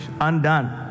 undone